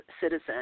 citizen